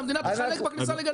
שהמדינה תחלק בכניסה לגנים.